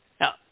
Now